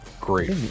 Great